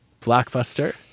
Blockbuster